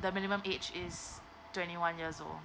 the minimum age is twenty one years old